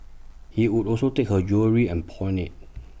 he would also take her jewellery and pawn IT